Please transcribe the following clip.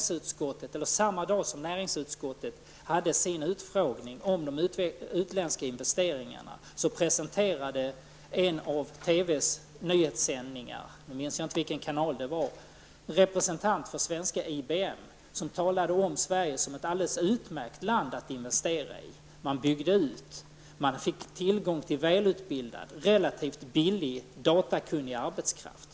Samma dag som näringsutskottet hade sin utfrågning om de utländska investeringarna presenterade en av TVs nyhetssändningar -- jag minns inte vilken kanal det var -- en representant för svenska IBM, som talade om Sverige som ett alldeles utmärkt land att investera i. Man byggde ut, man fick tillgång till välutbildad, relativt datakunnig arbetskraft.